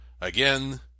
again